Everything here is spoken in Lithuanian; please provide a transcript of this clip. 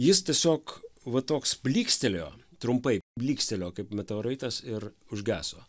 jis tiesiog va toks plykstelėjo trumpai blykstelėjo kaip meteoritas ir užgeso